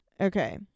Okay